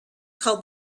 called